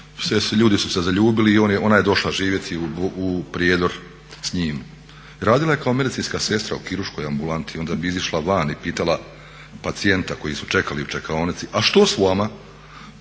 ljudi zaljubili i ona je došla živjeti u Prijedor s njim i radila je kao medicinska sestra u kirurškoj ambulanti i onda bi izišla van i pitala pacijenta koji su čekali u čekaonici, a štou s vama.